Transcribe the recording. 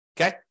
Okay